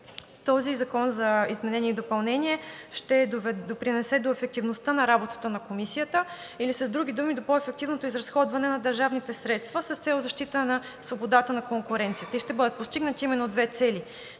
този закон за изменение и допълнение ще допринесе за ефективността на работата на Комисията или, с други думи, до по-ефективното изразходване на държавните средства с цел защита на свободата на конкуренцията. И ще бъдат постигнати именно две цели: